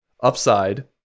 upside